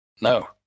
No